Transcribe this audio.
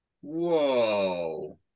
Whoa